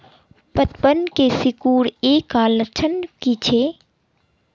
पतबन के सिकुड़ ऐ का लक्षण कीछै?